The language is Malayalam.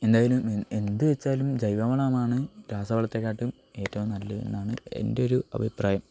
എന്തായാലും എന്തു വെച്ചാലും ജൈവവളമാണ് രാസവളത്തേക്കാളും ഏറ്റവും നല്ലത് എന്നാണ് എൻ്റെ ഒരു അഭിപ്രായം